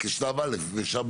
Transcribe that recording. כשלב א' ואם אפשר,